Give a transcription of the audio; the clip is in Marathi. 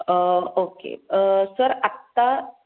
ओके सर आता